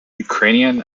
ukrainian